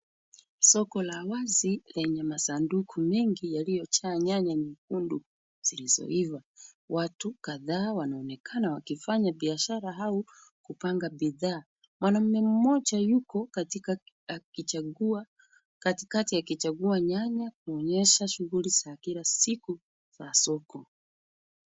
Soko la wazi lenye masanduku mingi yaliyojaa nyanya nyekundu zilizoiva. Watu kadhaa wanaonekana wakifanya biashara au kupanga bidhaa. Mwanaume mmoja yuko katikati akichagua nyanya, kuonyesha shughuli za kila siku za soko.